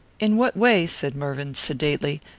in what way, said mervyn, sedately,